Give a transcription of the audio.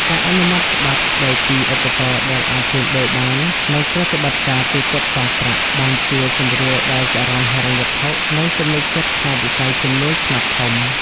ការអនុម័តច្បាប់ស្ដីពីឧបករណ៍ដែលអាចជួញដូរបាន និងប្រតិបត្តិការទូទាត់សងប្រាក់ បានជួយសម្រួលដល់ចរន្តហិរញ្ញវត្ថុ និងទំនុកចិត្តក្នុងវិស័យជំនួញខ្នាតធំ។